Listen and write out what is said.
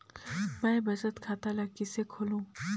मैं बचत खाता ल किसे खोलूं?